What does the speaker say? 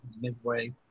Midway